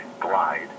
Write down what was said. glide